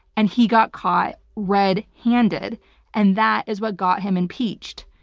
and he got caught red handed and that is what got him impeached.